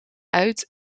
uit